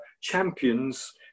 champions